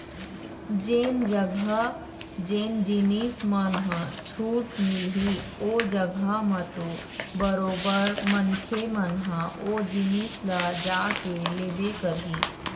जेन जघा जेन जिनिस मन ह छूट मिलही ओ जघा म तो बरोबर मनखे मन ह ओ जिनिस ल जाके लेबे करही